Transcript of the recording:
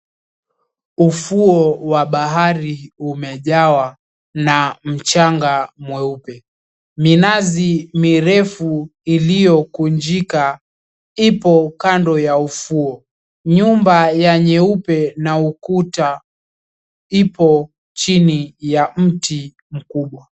Ufuo wa bahari umejawa na mchanga mweupe minazi mirefu ilio kunjika ipo kando ya ufuo nyumba ya nyeupe na ukuta ipo chini ya mti mkubwa.